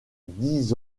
dix